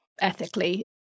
ethically